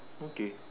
okay